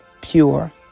pure